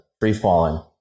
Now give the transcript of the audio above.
free-falling